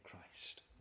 Christ